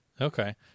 Okay